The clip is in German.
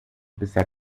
bisher